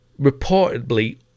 reportedly